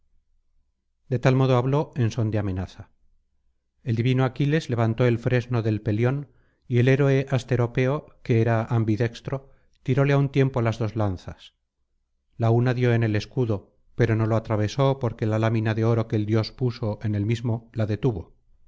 de tal modo habló en son de amenaza el divino aquiles levantó el fresno del pelión y el héroe asteropeo que era ambidex tro tiróle á un tiempo las dos lanzas la una dio en el escudo pero no lo atravesó porque la lámina de oro que el dios puso en el mismo la detuvo